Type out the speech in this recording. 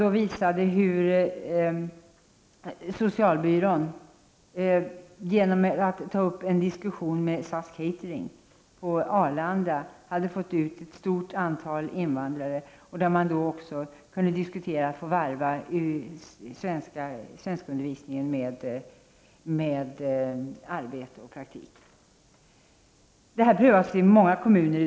Där visade man hur socialbyrån genom att ta upp en diskussion med SAS Catering på Arlanda hade fått ut ett stort antal invandrare i arbete, och man kunde också diskutera att varva svenskundervisningen med arbete och praktik. Det här prövas i många kommuner.